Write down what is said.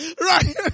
right